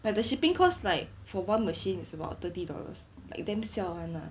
but the shipping cost like for one machine is about thirty dollars like damn siao [one] lah